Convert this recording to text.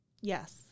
Yes